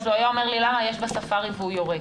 אז הוא היה אומר לי: למה יש בספארי והוא יורק.